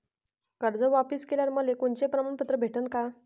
कर्ज वापिस केल्यावर मले कोनचे प्रमाणपत्र भेटन का?